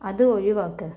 അത് ഒഴിവാക്ക്